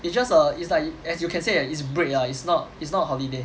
it's just a it's like as you can say that it's break lah it's not it's not holiday